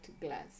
glass